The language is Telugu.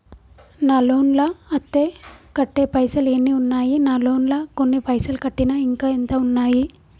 నా లోన్ లా అత్తే కట్టే పైసల్ ఎన్ని ఉన్నాయి నా లోన్ లా కొన్ని పైసల్ కట్టిన ఇంకా ఎంత ఉన్నాయి?